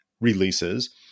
releases